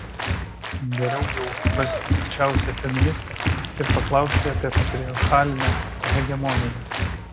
geriau jau rasti pikčiausią feministę ir paklausti apie patriarchalinę hegemoniją